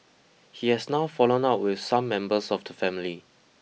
he has now fallen out with some members of the family